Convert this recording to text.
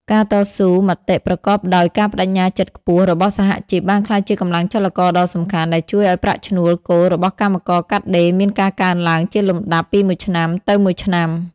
ការតស៊ូមតិប្រកបដោយការប្តេជ្ញាចិត្តខ្ពស់របស់សហជីពបានក្លាយជាកម្លាំងចលករដ៏សំខាន់ ដែលជួយឱ្យប្រាក់ឈ្នួលគោលរបស់កម្មករកាត់ដេរមានការកើនឡើងជាលំដាប់ពីមួយឆ្នាំទៅមួយឆ្នាំ។